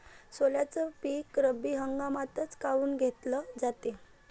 सोल्याचं पीक रब्बी हंगामातच काऊन घेतलं जाते?